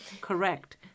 correct